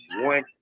one